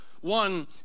one